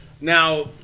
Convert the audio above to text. Now